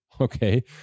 Okay